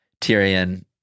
Tyrion